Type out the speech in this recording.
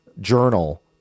journal